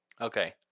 Okay